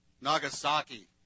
Nagasaki